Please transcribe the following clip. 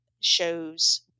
shows